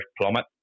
plummet